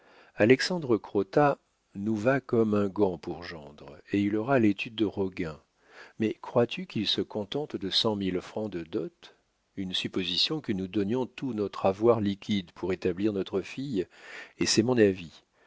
alexandre crottat nous va comme un gant pour gendre et il aura l'étude de roguin mais crois-tu qu'il se contente de cent mille francs de dot une supposition que nous donnions tout notre avoir liquide pour établir notre fille et c'est mon avis